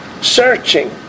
Searching